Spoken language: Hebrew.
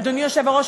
אדוני היושב-ראש,